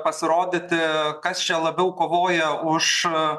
pasirodyti kas čia labiau kovoja už